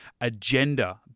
agenda